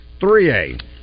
3A